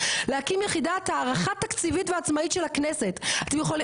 להקים יחידת הערכה תקציבית עצמאית של הכנסת אתם יכולים